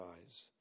eyes